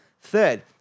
Third